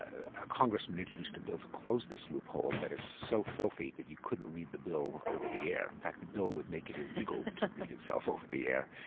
ah ah congressman introduced a bill to close this loophole that is so filthy that you couldn't read the bill over the air. in fact the bill would make it illegal to read itself over the air.